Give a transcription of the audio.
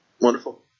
Wonderful